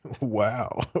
Wow